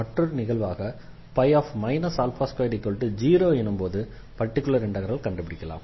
மற்றொரு நிகழ்வாக 20 எனும்போது பர்டிகுலர் இண்டெக்ரலை கண்டுபிடிக்கலாம்